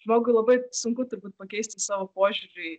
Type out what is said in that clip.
žmogui labai sunku turbūt pakeisti savo požiūrį